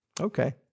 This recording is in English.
Okay